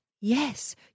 Yes